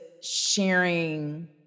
sharing